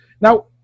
Now